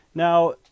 Now